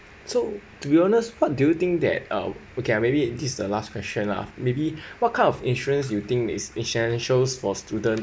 so to be honest what do you think that uh okay lah maybe it is the last question lah maybe what kind of insurance you think is essential for students